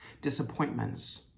Disappointments